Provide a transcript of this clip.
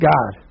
God